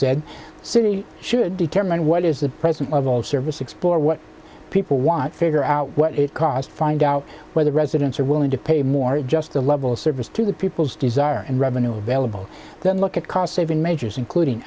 said city should determine what is the present level of service explore what people want figure out what it cost find out where the residents are willing to pay more just the level of service to the people's desire and revenue available then look at cost saving measures including